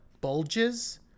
bulges